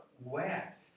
wet